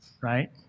right